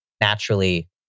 naturally